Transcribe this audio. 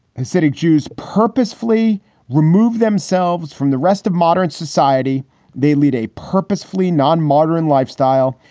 hasidic jews purposefully remove themselves from the rest of modern society they lead a purposefully non modern lifestyle.